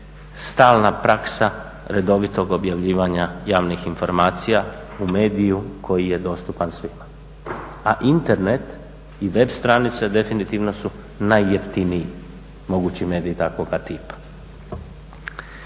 stalna praksa redovitog objavljivanja javnih informacija u mediju koji je dostupan svima. A Internet i web stranice definitivno su najjeftiniji mogući medij takvoga tipa.